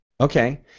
Okay